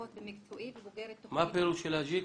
אחות במקצועי ובוגרת תוכנית --- מה הפירוש של אג'יק?